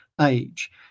age